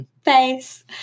face